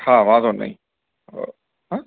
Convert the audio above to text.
હા વાંધો નઇ ઓ હા